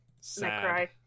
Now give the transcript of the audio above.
Sad